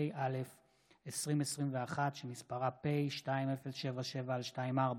התשפ"א 2021, שמספרה פ/2077/24.